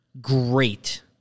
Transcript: great